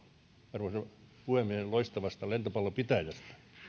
arvoisan puhemiehen loistavasta lentopallopitäjästä